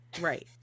Right